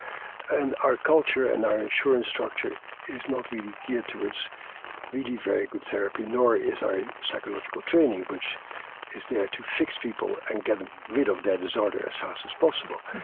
and our culture and our insurance structure is not really geared towards really very good therapy, nor is our psychological training, which is there to fix people and get rid of their disorder as fast as possible.